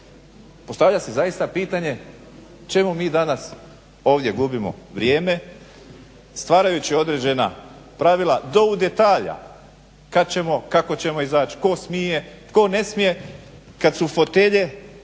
Postavlja se zaista pitanje čemu mi danas ovdje gubimo vrijeme stvarajući određena pravila do u detalja kad ćemo, kako ćemo izać', tko smije, tko ne smije kad su fotelje